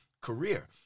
career